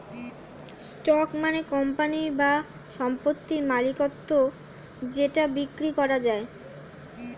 stock মানে company বা সম্পদের মালিকত্ব যেটা বিক্রি করা যায়